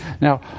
Now